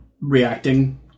Reacting